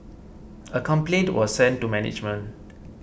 a complaint was sent to management